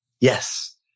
yes